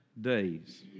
days